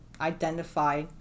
identify